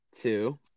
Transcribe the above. two